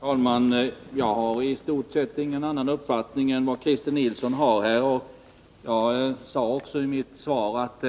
Herr talman! Jag har i stort sett ingen annan uppfattning än Christer Nilsson. Jag sade också i mitt svar att